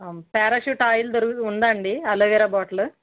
Parachute oil దొరుకు ఉందా అండి అలోవీరా బాటిలు